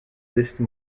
deste